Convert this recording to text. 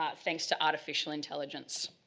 ah thanks to artificial intelligence.